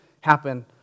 happen